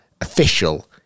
official